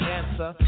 answer